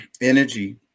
energy